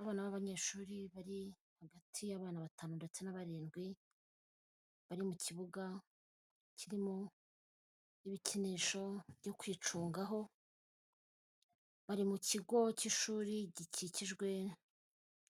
Abana b'abanyeshuri bari hagati y'abana batanu ndetse na barindwi bari mu kibuga kirimo ibikinisho byo kwicungaho, bari mu kigo cy'ishuri gikikijwe